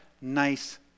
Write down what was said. nice